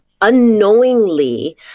unknowingly